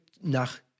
nach